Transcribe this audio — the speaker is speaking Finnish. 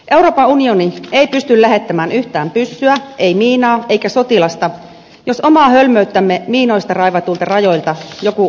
euroopan unioni ei pysty lähettämään yhtään pyssyä ei miinaa eikä sotilasta jos omaa hölmöyttämme miinoista raivatuilta rajoilta joku uhkaa hyökätä